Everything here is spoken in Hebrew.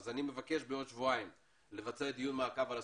ואני חושב שעם עבודה נכונה ורצון טוב וסדר